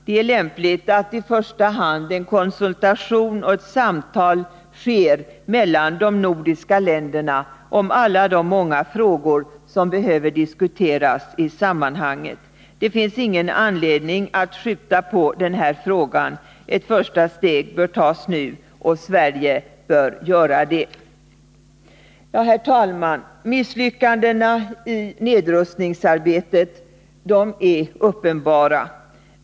Det är lämpligt att i första hand en konsultation och ett samtal äger rum mellan de nordiska länderna om alla de många frågor som behöver diskuteras i sammanhanget. Det finns ingen anledning att skjuta upp den här frågan. Ett första steg bör tas nu, och Sverige bör ta det steget. Herr talman! Misslyckandena i nedrustningsarbetet är uppenbara.